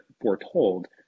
foretold